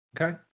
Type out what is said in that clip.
okay